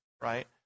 right